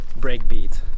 breakbeat